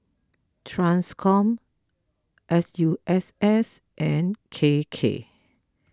Transcom S U S S and K K